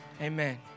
Amen